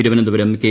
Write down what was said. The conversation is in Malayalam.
തിരുവനന്തപുരം കെ